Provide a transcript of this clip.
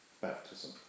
baptism